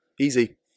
Easy